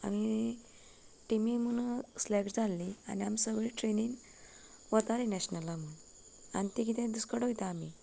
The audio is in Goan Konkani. आनी टिमी म्हुनो सिलेक्ट जाल्ली आनी आमी सगळीं ट्रेनीन वताली नॅशनला म्हूण आनी ते किदें दीसकडो वयता आमी